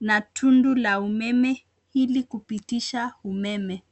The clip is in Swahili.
na tundu la umeme ili kupitisha umeme.